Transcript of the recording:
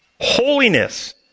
holiness